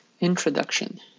Introduction